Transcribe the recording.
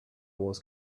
wars